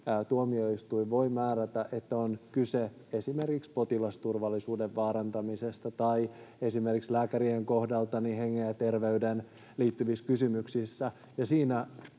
tuomioistuin voi määrätä, että on kyse esimerkiksi potilasturvallisuuden vaarantamisesta tai esimerkiksi lääkärien kohdalla henkeen ja terveyteen liittyvistä kysymyksistä.